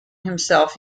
himself